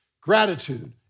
Gratitude